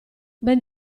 ben